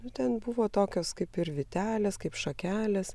nu ten buvo tokios kaip ir vytelės kaip šakelės